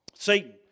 Satan